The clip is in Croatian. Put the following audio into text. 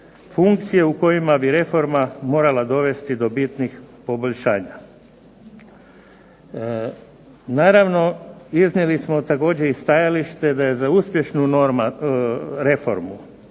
funkcije u kojima bi reforma morala dovesti do bitnih poboljšanja. Naravno iznijeli smo također i stajalište da je za uspješnu reformu